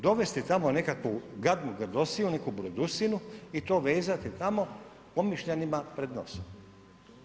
Dovesti tamo nekakvu gadnu grdosiju, neku brodusinu i to vezati tamo Omišljanima pred nosom.